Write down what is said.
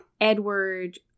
Edward